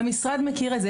המשרד מכיר את זה.